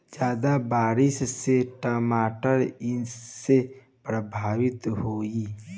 ज्यादा बारिस से टमाटर कइसे प्रभावित होयी?